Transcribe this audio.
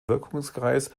wirkungskreis